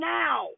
now